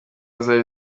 zari